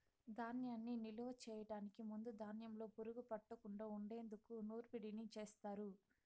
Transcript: ధాన్యాన్ని నిలువ చేయటానికి ముందు ధాన్యంలో పురుగు పట్టకుండా ఉండేందుకు నూర్పిడిని చేస్తారు